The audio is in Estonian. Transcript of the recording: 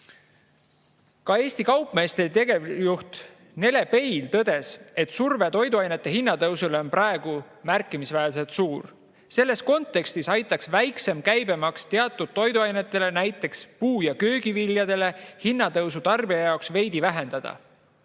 Ka Eesti Kaupmeeste [Liidu] tegevjuht Nele Peil tõdes, et surve toiduainete hinnatõusule on praegu märkimisväärselt suur. Selles kontekstis aitaks väiksem käibemaks teatud toiduainetele, näiteks puu- ja köögiviljadele, hinnatõusu tarbija jaoks veidi vähendada.